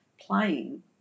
playing